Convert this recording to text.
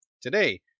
Today